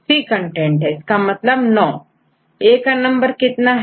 G 5 C4 9मतलब9 A का नंबर कितना है